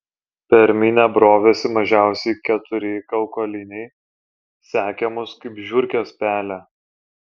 per minią brovėsi mažiausiai keturi kaukoliniai sekė mus kaip žiurkės pelę